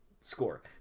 score